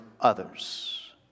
others